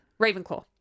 Ravenclaw